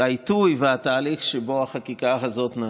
העיתוי והתהליך שבו החקיקה הזאת נעשית.